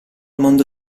mondo